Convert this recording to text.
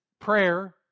prayer